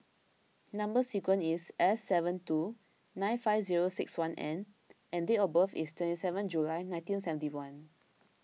Number Sequence is S seven two nine five zero six one N and date of birth is twenty seven July nineteen seventy one